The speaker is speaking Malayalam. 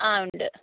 ആ ഉണ്ട്